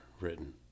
written